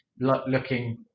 looking